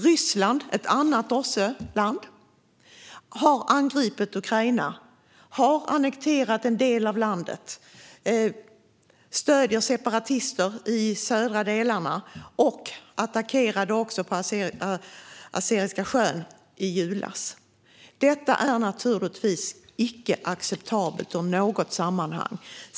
Ryssland, ett annat OSSE-land, har angripit Ukraina och annekterat en del av landet. Man stöder separatister i de södra delarna, och i julas attackerade man på Azovska sjön. Detta är naturligtvis icke acceptabelt i något sammanhang.